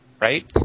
right